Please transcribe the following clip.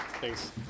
Thanks